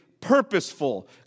purposeful